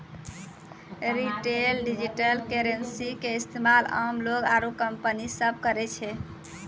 retail digital currency के इस्तेमाल आम लोग आरू कंपनी सब करै छै